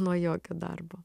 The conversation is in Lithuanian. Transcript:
nuo jokio darbo